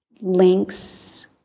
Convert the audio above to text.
links